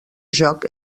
joc